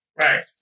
Right